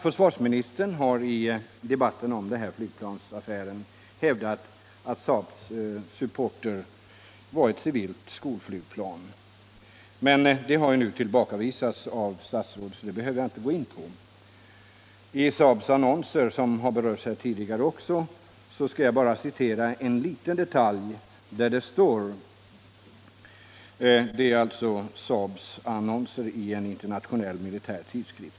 Försvarsministern har i debatten om denna flygplansaffär hävdat att SAAB Supporter är ett civilt skolflygplan. Eftersom statsrådet nu tagit tillbaka detta, skall jag emellertid inte gå in på det. Vad gäller SAAB:s annonsering, som också har berörts tidigare i debatten, skall jag bara citera en liten detalj ur en annons i en internationell militär tidskrift.